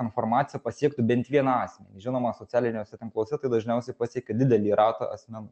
informacija pasiektų bent vieną asmenį žinoma socialiniuose tinkluose tai dažniausiai pasiekia didelį ratą asmenų